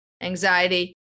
anxiety